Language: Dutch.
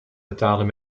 betalen